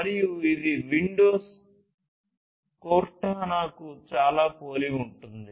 మరియు ఇది విండోస్ కోర్టానాకు చాలా పోలి ఉంటుంది